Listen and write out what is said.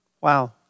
Wow